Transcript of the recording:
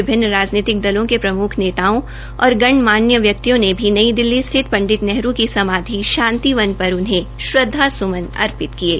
विभिन्न राजनीतिक दलों के प्रम्ख नेताओं और गणमान्य व्यक्तियों ने भी नई दिल्ली स्थित पंडित नेहरू की सुमाधि शांतिवन पर उन्हें श्रद्वासुमन अर्पित किये